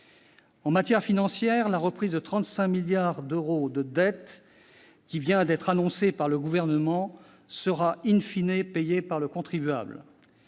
En matière financière, la reprise de 35 milliards d'euros de dette vient d'être annoncée par le Gouvernement. Cette somme sera,, payée par le contribuable.